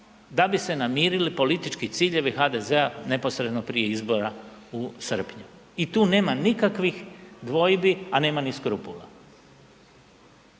da bi se namirili politički ciljevi HDZ-a neposredno prije izbora u srpnju i tu nema nikakvi dvojbi a nema ni skrupula.